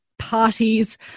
parties